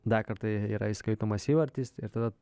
dar kartą yra įskaitomas įvartis ir tada